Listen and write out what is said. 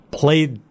played